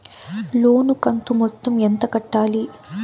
లోను కంతు మొత్తం ఎంత కట్టాలి?